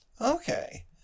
Okay